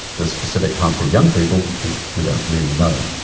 the specific harm to young people we we don't really know.